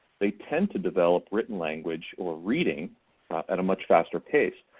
they tend to develop written language or reading at a much faster pace.